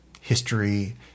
history